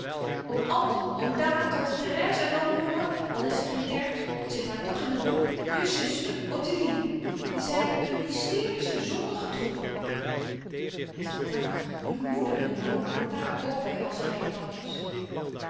oom anton oom daan tante therèse en dan jongen al is ze geen dercksz het zit haar toch in het bloed je zùster ottilie die zijn een hysterische zondige troep en zij dacht je moeder mijn jongen hoort daar ok bij al zeg ik het anders